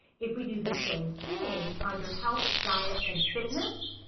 if we do the same thing under health, diet and fitness